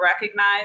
recognize